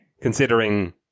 considering